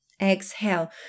Exhale